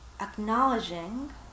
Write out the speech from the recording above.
acknowledging